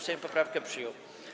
Sejm poprawkę przyjął.